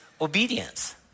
obedience